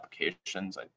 applications